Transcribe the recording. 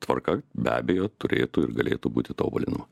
tvarka be abejo turėtų ir galėtų būti tobulinama